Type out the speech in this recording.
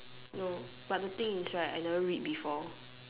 no but the thing is right I never read before